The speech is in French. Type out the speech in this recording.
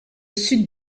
sud